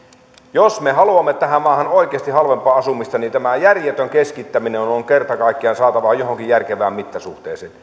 jos me haluamme tähän maahan oikeasti halvempaa asumista niin tämä järjetön keskittäminen on on kerta kaikkiaan saatava johonkin järkevään mittasuhteeseen